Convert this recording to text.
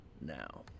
now